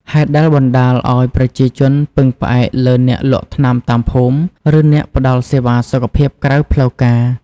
ហេតុដែលបណ្ដាលឱ្យប្រជាជនពឹងផ្អែកលើអ្នកលក់ថ្នាំតាមភូមិ ឬអ្នកផ្ដល់សេវាសុខភាពក្រៅផ្លូវការ។